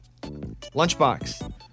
Lunchbox